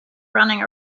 running